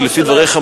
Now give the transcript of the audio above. לפי דבריך,